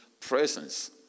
presence